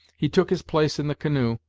he took his place in the canoe,